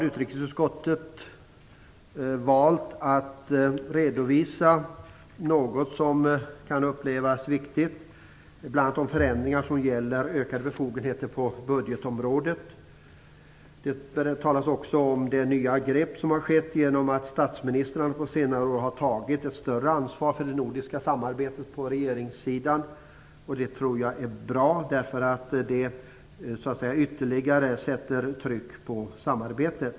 Utrikesutskottet har valt att redovisa det som kan upplevas som viktigt, bl.a. de förändringar som gäller ökade befogenheter på budgetområdet. Det talas också om nya grepp genom att statsministrarna på senare år har tagit ett större ansvar för det nordiska samarbetet på regeringssidan. Det tror jag är bra. Det sätter ytterligare tryck på samarbetet.